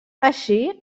així